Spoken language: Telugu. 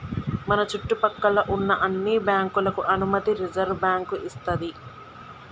మన చుట్టు పక్కల్లో ఉన్న అన్ని బ్యాంకులకు అనుమతి రిజర్వుబ్యాంకు ఇస్తది